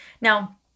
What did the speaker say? Now